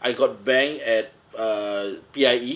I got bang at uh P_I_E